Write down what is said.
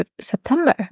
september